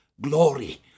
glory